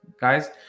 guys